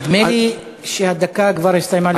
נדמה לי שהדקה הסתיימה לפני שלוש דקות.